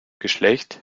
geschlecht